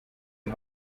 die